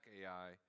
Ai